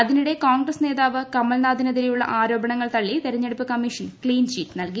ഇതിനിടെ കോൺഗ്രസ് നേതാവ് കമൽനാഥിനെതിരെയുള്ള ആരോപണങ്ങൾ തള്ളി തെര്ഭ്ണ്യെടുപ്പ് കമ്മീഷൻ ക്ലീൻ ചിറ്റ് നൽകി